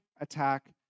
attack